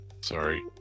sorry